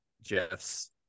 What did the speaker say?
jeff's